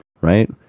right